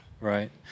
Right